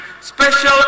special